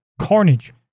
carnage